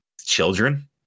children